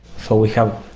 so we have,